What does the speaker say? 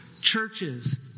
churches